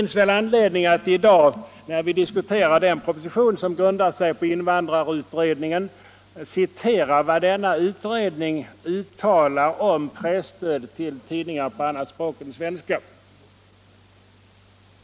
När vi i dag diskuterar den proposition som bygger på invandrarutredningen finns det anledning att citera vad denna utredning uttalar om presstöd till tidningar på annat språk än svenska.